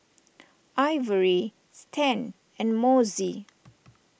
Ivory Stan and Mossie